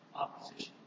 opposition